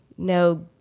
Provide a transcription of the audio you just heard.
no